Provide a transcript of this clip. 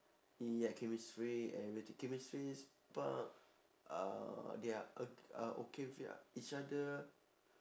ya chemistry and okay chemistry spark uh they're o~ uh okay with ya each other